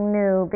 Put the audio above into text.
new